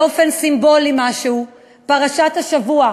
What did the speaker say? באופן סימבולי משהו, פרשת השבוע,